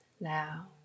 now